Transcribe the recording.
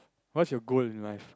what's your goal in life